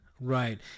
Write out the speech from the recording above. Right